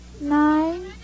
nine